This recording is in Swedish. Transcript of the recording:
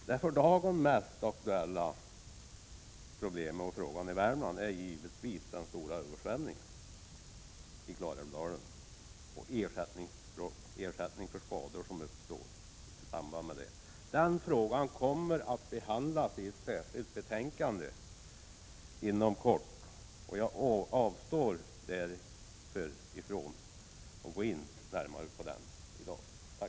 Den för dagen mest aktuella frågan i Värmland är givetvis den stora översvämningen i Klarälvdalen och de ersättningar som kan utgå för skadorna i samband med den. Den senare frågan kommer inom kort att behandlas i ett särskilt betänkande, varför jag avstår från att gå närmare in på den i dag.